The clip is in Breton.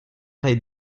rae